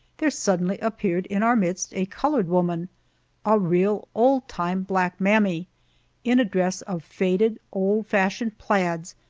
there suddenly appeared in our midst a colored woman a real old-time black mammy in a dress of faded, old-fashioned plaids,